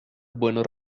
buenos